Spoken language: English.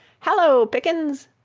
hallo, pickens!